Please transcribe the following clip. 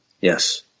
yes